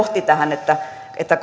johti tähän että että